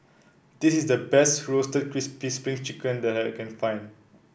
this is the best Roasted Crispy Spring Chicken that I can find